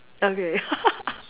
okay